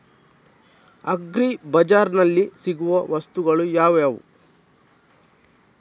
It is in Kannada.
ಅಗ್ರಿ ಬಜಾರ್ನಲ್ಲಿ ಸಿಗುವ ವಸ್ತುಗಳು ಯಾವುವು?